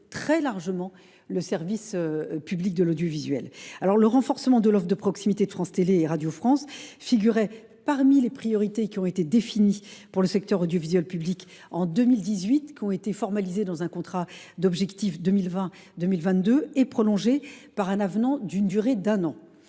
très largement le service public de l’audiovisuel. Le renforcement de l’offre de proximité de France Télévisions et de Radio France figurait parmi les priorités qui ont été définies pour le secteur audiovisuel public en 2018 et qui ont été formalisées dans un contrat d’objectifs et de moyens (COM) 2020 2022, prolongé par un avenant d’une durée d’un an.